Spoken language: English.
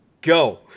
go